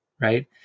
right